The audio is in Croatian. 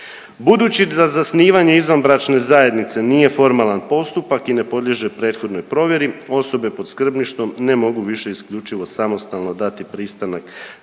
Budući da zasnivanje izvanbračne zajednice nije formalan postupak i ne podliježe prethodnoj provjeri osobe pod skrbništvom ne mogu više isključivo samostalno dati pristanak